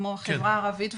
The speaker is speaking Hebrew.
כמו החברה הערבית,